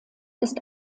ist